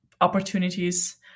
opportunities